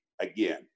again